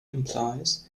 implies